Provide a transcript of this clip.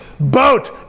Boat